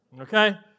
Okay